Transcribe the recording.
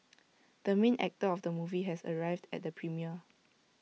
the main actor of the movie has arrived at the premiere